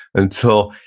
until,